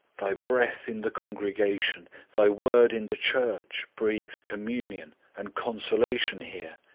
thy breath in the congregation, thy word in the church, breathes communion and consolation here,